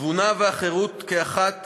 התבונה והחירות כאחת